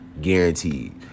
Guaranteed